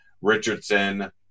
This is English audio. Richardson